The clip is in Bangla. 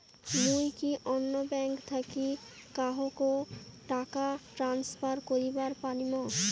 মুই কি অন্য ব্যাঙ্ক থাকি কাহকো টাকা ট্রান্সফার করিবার পারিম?